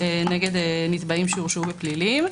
נגד נתבעים שהורשעו בפלילים.